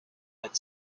but